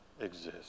exist